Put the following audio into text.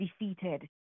defeated